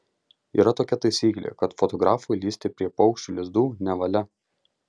yra tokia taisyklė kad fotografui lįsti prie paukščių lizdų nevalia